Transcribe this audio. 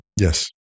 yes